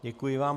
Děkuji vám.